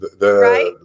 Right